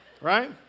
Right